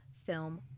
Film